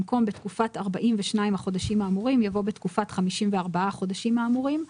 במקום "בתקופת 42 החודשים האמורים" יבוא "בתקופת 54 החודשים האמורים".